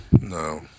no